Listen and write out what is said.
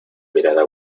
mirada